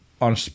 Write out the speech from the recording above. on